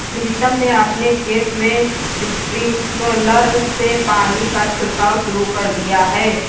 प्रीतम ने अपने खेत में स्प्रिंकलर से पानी का छिड़काव शुरू कर दिया है